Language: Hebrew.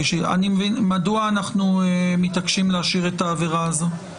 מדוע אנחנו מתעקשים להשאיר את העבירה הזו?